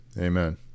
amen